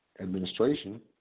administration